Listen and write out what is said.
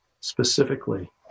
Specifically